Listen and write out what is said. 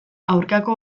aurkako